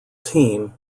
team